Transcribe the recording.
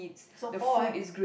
so hot